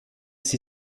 sie